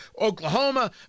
Oklahoma